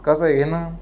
कसं आहे घेणं